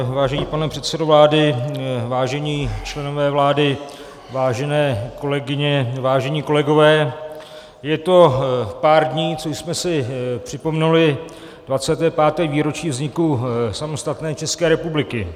Vážený pane předsedo vlády, vážení členové vlády, vážené kolegyně, vážení kolegové, je to pár dní, co už jsme si připomenuli 25. výročí vzniku samostatné České republiky.